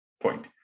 point